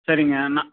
சரிங்க நான்